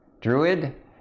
Druid